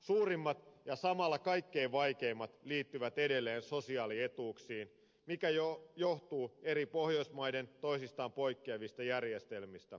suurimmat ja samalla kaikkein vaikeimmat liittyvät edelleen sosiaalietuuksiin mikä johtuu pohjoismaiden toisistaan poikkeavista järjestelmistä